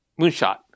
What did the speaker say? Moonshot